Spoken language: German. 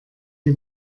die